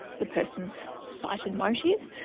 the person's cited motive,